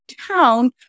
town